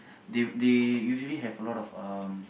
they they usually have a lot of um